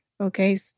okay